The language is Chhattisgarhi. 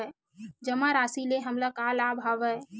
जमा राशि ले हमला का का लाभ हवय?